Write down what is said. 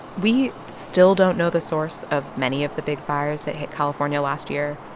we still don't know the source of many of the big fires that hit california last year.